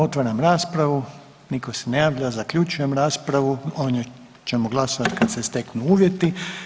Otvaram raspravu, nitko se ne javlja, zaključujem raspravu, o njoj ćemo glasovati kad se steknu uvjeti.